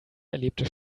erlebte